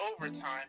overtime